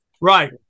Right